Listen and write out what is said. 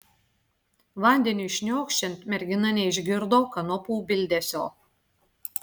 vandeniui šniokščiant mergina neišgirdo kanopų bildesio